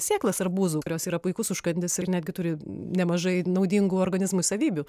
sėklas arbūzų kurios yra puikus užkandis ir netgi turi nemažai naudingų organizmui savybių